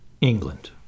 England